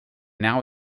now